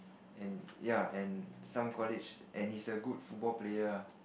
and ya and some college and he's a good football player